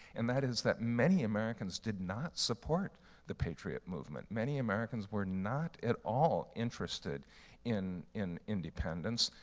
and that is that many americans did not support the patriot movement. many americans were not at all interested in in independence.